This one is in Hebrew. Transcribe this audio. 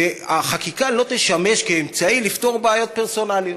והחקיקה לא תשמש אמצעי לפתור בעיות פרסונליות.